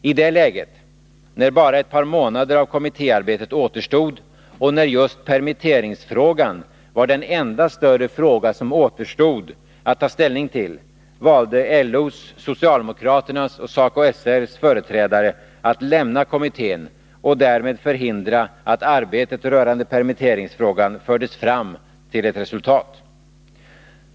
I det läget, när bara ett par månader av kommittéarbetet återstod och när just permitteringsfrågan var den enda större fråga som återstod att ta ställning till, valde LO:s, socialdemokraternas och SACO/SR:s företrädare att lämna kommittén och därmed förhindra att arbetet rörande permitteringsfrågan fördes fram till ett resultat.